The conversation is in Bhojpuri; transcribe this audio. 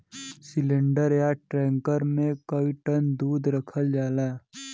सिलिन्डर या टैंकर मे कई टन दूध रखल जाला